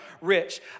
rich